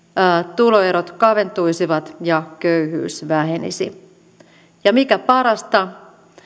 tuloerot kaventuisivat ja köyhyys vähenisi ja mikä parasta